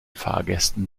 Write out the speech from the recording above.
fahrgästen